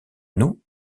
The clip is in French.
nous